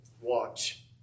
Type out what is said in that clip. watch